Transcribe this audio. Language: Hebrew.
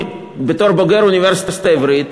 בתור בוגר האוניברסיטה העברית,